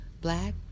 black